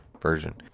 version